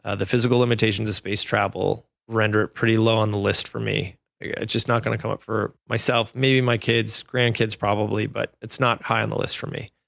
ah the physical limitation to space travel render pretty low on the list for me. it just not going to come up for myself, maybe my kids, grandkids, probably but it's not high on the list for me.